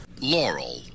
Laurel